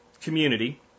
community